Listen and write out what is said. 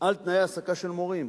על תנאי העסקה של מורים,